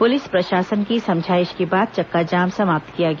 police प्रशासन की समझाईश के बाद चक्काजाम समाप्त किया गया